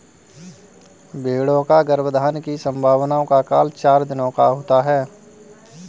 भेंड़ों का गर्भाधान की संभावना का काल चार दिनों का होता है